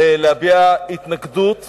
להביע התנגדות